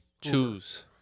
Choose